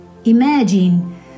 Imagine